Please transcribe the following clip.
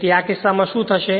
તેથી તે કિસ્સામાં શું થશે